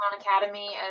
academy